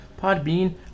Podbean